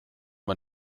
man